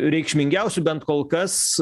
reikšmingiausių bent kol kas